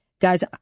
guys